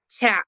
chat